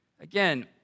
Again